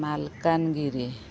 Malkangiri